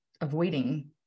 avoiding